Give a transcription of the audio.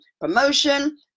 promotion